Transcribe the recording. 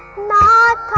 not